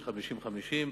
יש 50% 50%,